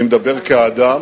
אני מדבר כאדם